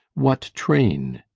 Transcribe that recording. what train?